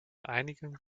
einigen